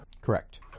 Correct